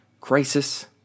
crisis